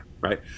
right